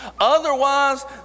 Otherwise